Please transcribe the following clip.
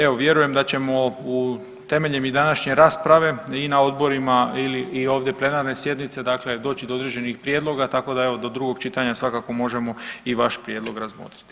Evo vjerujem da ćemo temeljem i današnje rasprave i na odborima ili i ovdje plenarne sjednice dakle doći do određenih prijedloga, tako da evo do drugog čitanja svakako možemo i vaš prijedlog razmotriti.